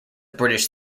british